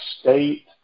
state